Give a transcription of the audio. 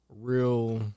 real